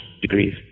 degrees